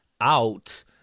out